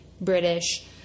British